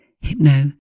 Hypno